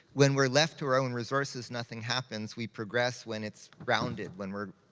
when we're left to our own resources, nothing happens. we progress when it's rounded, when we're,